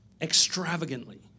extravagantly